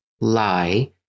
lie